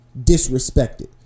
disrespected